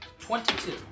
Twenty-two